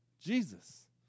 Jesus